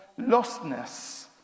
lostness